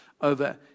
over